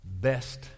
best